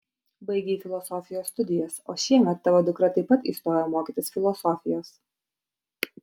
baigei filosofijos studijas o šiemet tavo dukra taip pat įstojo mokytis filosofijos